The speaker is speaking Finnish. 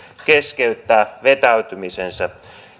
keskeyttää vetäytymisensä